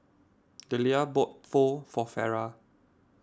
Dellia bought Pho for Farrah